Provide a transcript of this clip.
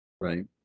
Right